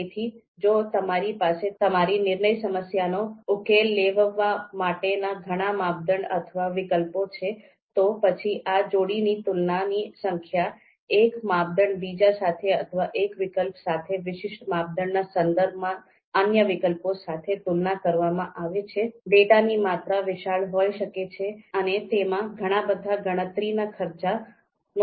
તેથી જો તમારી પાસે તમારી નિર્ણય સમસ્યાનો ઉકેલ લાવવા માટેના ઘણા માપદંડ અથવા વિકલ્પો છે તો પછી આ જોડીની તુલનાની સંખ્યા એક માપદંડ બીજા સાથે અથવા એક વિકલ્પ સાથે વિશિષ્ટ માપદંડના સંદર્ભમાં અન્ય વિકલ્પ સાથે તુલના કરવામાં આવે છે ડેટાની માત્રા વિશાળ હોઈ શકે છે અને તેમાં ઘણા બધા ગણતરીના ખર્ચ નો સમાવેશ થઈ શકે છે